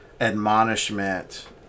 admonishment